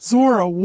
Zora